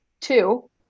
Two